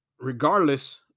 regardless